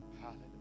Hallelujah